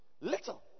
Little